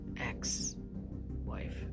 Ex-wife